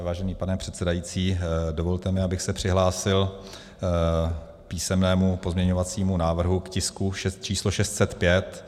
Vážený pane předsedající, dovolte mi, abych se přihlásil k písemnému pozměňovacímu návrhu k tisku 605.